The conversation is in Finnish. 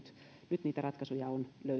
nyt niitä ratkaisuja on